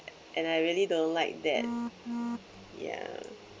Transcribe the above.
and I really don't like that yeah